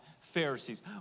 Pharisees